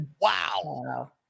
wow